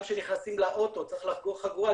גם כשנכנסים לאוטו צריך לחגור חגורה,